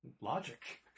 Logic